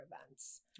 events